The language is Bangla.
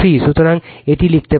সুতরাং এই লিখতে পারেন